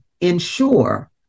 ensure